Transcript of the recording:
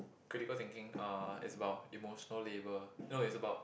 critical thinking uh it's about emotional labour no it's about